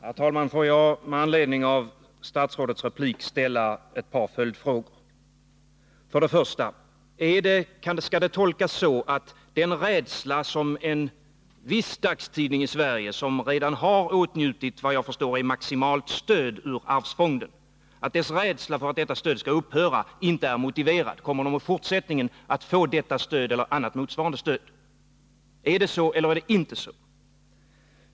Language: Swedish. Herr talman! Låt mig med anledning av statsrådets replik ställa några följdfrågor. För det första: Kan jag tolka statsrådet så att den rädsla som man inom en viss dagstidning i Sverige har för att det nuvarande stödet skall upphöra inte är motiverad? Efter vad jag förstår åtnjuter denna tidning ett maximalt stöd med medel ur arvsfonden. Kommer tidningen att få detta stöd eller annat motsvarande stöd även i fortsättningen? Är det så eller är det inte så?